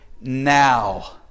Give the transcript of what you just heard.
now